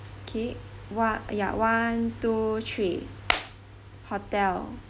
okay what ya one two three hotel